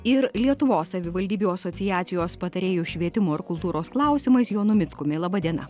ir lietuvos savivaldybių asociacijos patarėju švietimo ir kultūros klausimais jonu mickumi laba diena